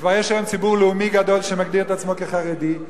וכבר יש היום ציבור לאומי גדול שמגדיר את עצמו כחרדי,